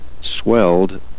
swelled